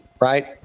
right